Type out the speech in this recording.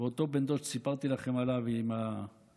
ואותו בן דוד שסיפרתי לכם עליו, עם הפוליו,